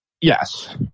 Yes